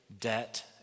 debt